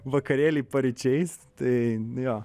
vakarėly paryčiais tai jo